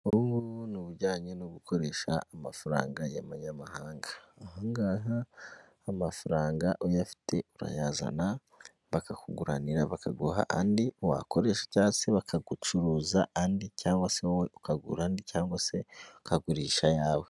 Ubungubu ni ubijyanye no gukoresha amafaranga y'amanyamahanga, ahangaha amafaranga uyafite urayazana bakakuguranira bakaguha andi wakoresha, cyangwa se bakagucuruza andi cyangwa se wowe ukagura andi cyangwa se ukagurisha ayawe.